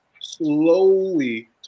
slowly